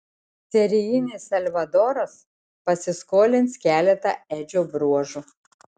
serijinis salvadoras pasiskolins keletą edžio bruožų